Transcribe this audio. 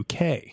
UK